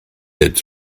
êtes